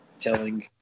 telling